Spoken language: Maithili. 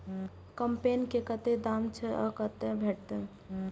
कम्पेन के कतेक दाम छै आ कतय भेटत?